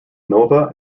nova